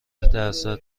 درصد